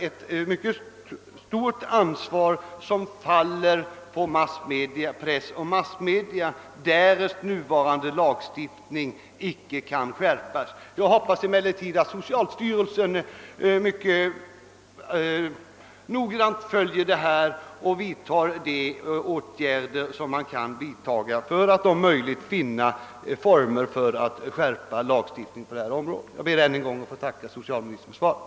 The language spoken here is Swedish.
Ett mycket stort ansvar faller därför på press och massmedia därest den nuvarande lagstiftningen icke skärpes. Jag hoppas emellertid att socialstyrelsen mycket noggrant följer denna fråga och vidtar åtgärder för att om möjligt finna former för att skärpa lagstiftningen på detta område. Jag ber att än en gång få tacka socialministern för svaret.